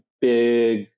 big